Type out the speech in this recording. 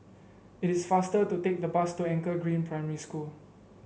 it is faster to take the bus to Anchor Green Primary School